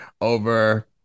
over